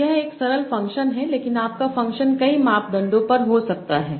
तो यह एक सरल फंक्शन है लेकिन आपका फंक्शन कई मापदंडों पर हो सकता है